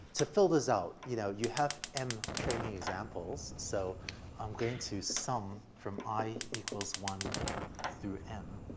to fill this out, you know, you have m training examples. so i'm going to sum from i equals one through m